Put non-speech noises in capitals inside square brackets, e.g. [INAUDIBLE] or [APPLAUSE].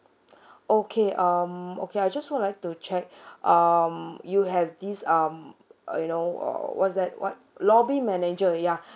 okay um okay I just would like to check [BREATH] um you have this um uh you know uh what's that what lobby manager yeah